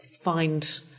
find